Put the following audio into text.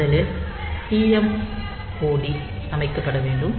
முதலில் TMOD அமைக்கப்பட வேண்டும்